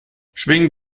schwing